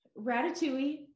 Ratatouille